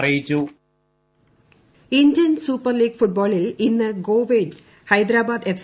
L Indian super league ഫുട്ബോളിൽ ഇന്ന് ഗോവയിൽ ഹൈദരാബാദ് എഫ്